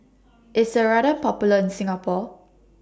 IS Ceradan Popular in Singapore